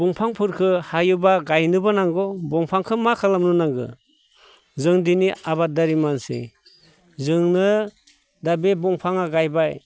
दंफांफोरखौ हायोबा गायनोबो नांगौ दंफांखौ मा खालामनो नांगौ जों दिनै आबादारि मानसि जोङो दा बे दंफाङा गायबाय